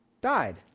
died